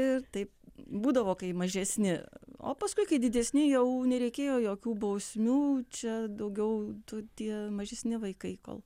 ir taip būdavo kai mažesni o paskui kai didesni jau nereikėjo jokių bausmių čia daugiau tų tie mažesni vaikai kol